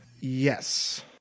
yes